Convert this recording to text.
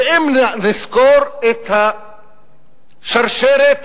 ואם נסקור את השרשרת